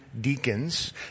deacons